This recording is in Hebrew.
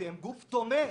שהם גוף תומך,